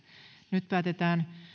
nyt päätetään